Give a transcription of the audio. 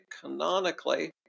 canonically